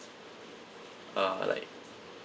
uh like